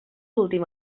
últim